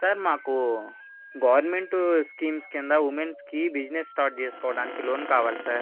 sir మాకు government schemes కింద విమెన్కి బిజినెస్ స్టార్ట్ చేసుకోవడానికి లోన్ కావాలి సార్